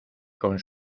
con